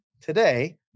today